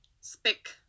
Spick